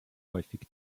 häufig